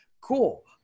Cool